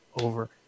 over